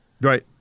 Right